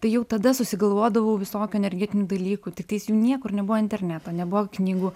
tai jau tada susigalvodavau visokių energetinių dalykų tiktais jų niekur nebuvo interneto nebuvo knygų